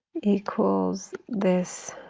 equals this